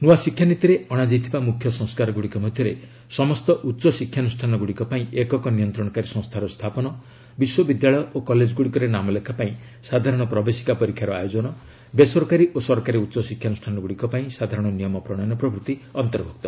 ନୂଆ ଶିକ୍ଷାନୀତିରେ ଅଣାଯାଇଥିବା ମୁଖ୍ୟ ସଂସ୍କାରଗୁଡ଼ିକ ମଧ୍ୟରେ ସମସ୍ତ ଉଚ୍ଚଶିକ୍ଷାନୁଷ୍ଠାନଗୁଡ଼ିକ ପାଇଁ ଏକକ ନିୟନ୍ତ୍ରଣକାରୀ ସଂସ୍ଥାର ସ୍ଥାପନ ବିଶ୍ୱବିଦ୍ୟାଳୟ ଓ କଲେଜଗୁଡ଼ିକରେ ନାମଲେଖା ପାଇଁ ସାଧାରଣ ପ୍ରବେଶିକା ପରୀକ୍ଷାର ଆୟୋଜନ ବେସରକାରୀ ଓ ସରକାରୀ ଉଚ୍ଚ ଶିକ୍ଷାନୁଷ୍ଠାନଗୁଡ଼ିକ ପାଇଁ ସାଧାରଣ ନିୟମ ପ୍ରଶୟନ ପ୍ରଭୃତି ଅନ୍ତର୍ଭୁକ୍ତ